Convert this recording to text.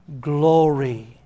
glory